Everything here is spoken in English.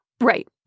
Right